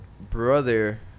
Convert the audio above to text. brother